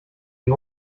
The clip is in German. die